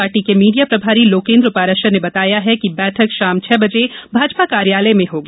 party के media प्रभारी लोकेन्द्र पाराशर ने बताया है कि बैठक शाम छह बजे भाजपा कार्यालय में होगी